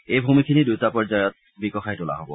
এই ভূমিখিনি দুটা পৰ্যায়ত বিকশায় তোলা হ'ব